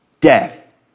death